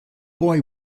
boy